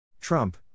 Trump